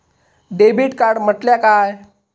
Debit card म्हटल्या काय?